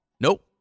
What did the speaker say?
Nope